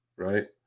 right